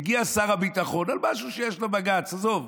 מגיע שר הביטחון, על משהו שיש עליו בג"ץ, עזוב,